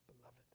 beloved